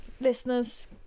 listeners